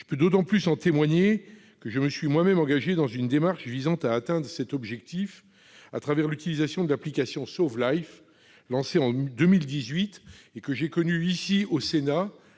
Je peux d'autant mieux en témoigner que je suis moi-même engagé dans une démarche visant à atteindre cet objectif, au travers de l'utilisation de l'application « SAUV Life », lancée en 2018 et que j'ai connue ici, au Sénat,